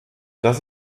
das